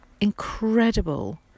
incredible